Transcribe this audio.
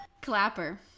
Clapper